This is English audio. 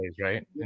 right